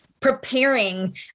Preparing